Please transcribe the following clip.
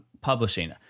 publishing